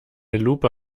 lupe